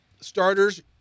Starters